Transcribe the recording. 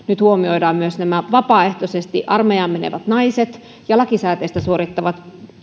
nyt huomioidaan myös nämä vapaaehtoisesti armeijaan menevät naiset ja lakisääteistä